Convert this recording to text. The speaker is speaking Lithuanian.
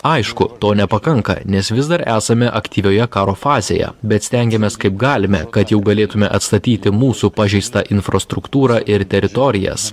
aišku to nepakanka nes vis dar esame aktyvioje karo fazėje bet stengiamės kaip galime kad jau galėtume atstatyti mūsų pažeistą infrastruktūrą ir teritorijas